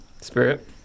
Spirit